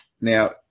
Now